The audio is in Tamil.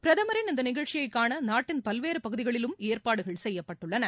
பிரதமரின் இந்தநிகழ்ச்சியைகாணநாட்டின் பல்வேறுபகுதிகளிலும் ஏற்பாடுகள் செய்யப்பட்டுள்ளன